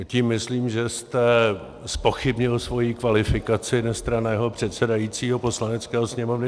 Tím jste, myslím, zpochybnil svoji kvalifikaci nestranného předsedajícího Poslanecké sněmovny.